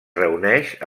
reuneix